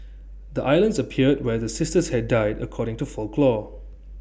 the islands appeared where the sisters had died according to folklore